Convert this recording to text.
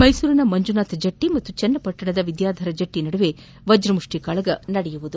ಮೈಸೂರಿನ ಮಂಜುನಾಥ್ ಜಟ್ಟಿ ಹಾಗೂ ಚನ್ನಪಟ್ಟಣದ ವಿದ್ಯಾಧರ ಜಟ್ಟಿ ನಡುವೆ ವಜ್ರಮುಷ್ಠಿ ಕಾಳಗ ನಡೆಯಲಿದೆ